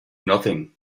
nothing